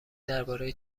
درباره